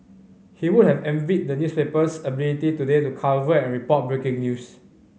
he would have envied the newspaper's ability today to cover and report breaking news